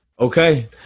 Okay